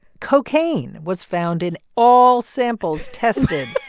cocaine was found in all samples tested.